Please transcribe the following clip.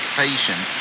patient